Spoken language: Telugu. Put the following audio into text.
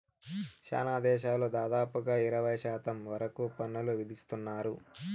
శ్యానా దేశాలు దాదాపుగా ఇరవై శాతం వరకు పన్నులు విధిత్తున్నారు